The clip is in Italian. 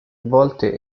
volte